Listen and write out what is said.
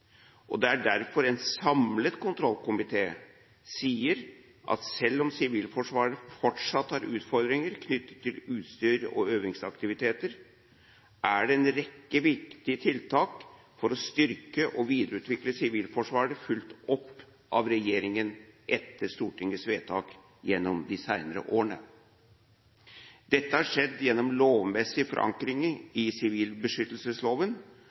resultater. Det er derfor en samlet kontrollkomité sier at selv om Sivilforsvaret fortsatt har utfordringer knyttet til utstyr og øvingsaktiviteter, er en rekke viktige tiltak for å styrke og videreutvikle Sivilforsvaret fulgt opp av regjeringen etter Stortingets vedtak gjennom de senere årene. Dette har skjedd gjennom lovmessig forankring i sivilbeskyttelsesloven,